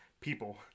people